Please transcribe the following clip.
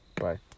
Bye